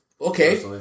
Okay